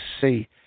see